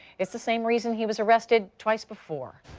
it's the same reason he was arrested twice before.